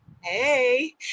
hey